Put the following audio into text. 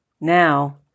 Now